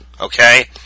Okay